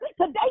Today